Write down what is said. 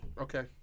okay